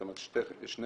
זאת אומרת, שני